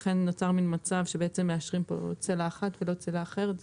לכן נוצר מן מצב שמאשרים פה צלע אחת אבל לא צלע אחרת.